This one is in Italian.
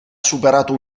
superato